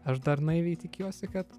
aš dar naiviai tikiuosi kad